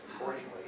accordingly